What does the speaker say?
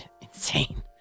insane